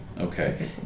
Okay